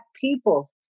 people